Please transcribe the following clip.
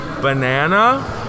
banana